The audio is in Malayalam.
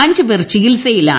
അഞ്ച് പേർ ചികിൽസയിലാണ്